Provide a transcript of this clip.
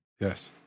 Yes